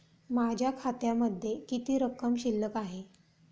माझ्या खात्यामध्ये किती रक्कम शिल्लक आहे?